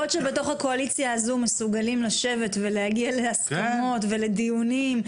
אם בקואליציה הזו מסוגלים לשבת ולהגיע להסכמות ולדיונים,